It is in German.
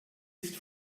ist